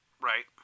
right